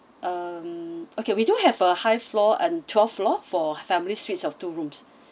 um okay we do have a high floor um twelfth floor for family suites of two rooms